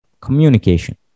communication